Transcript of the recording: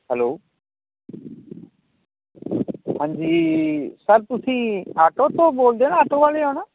hello ਹਾਂਜੀ sir ਤੁਸੀਂ auto ਤੋਂ ਬੋਲਦੇ ਆਟੋ ਵਾਲੇ ਆ ਨਾ